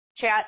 chat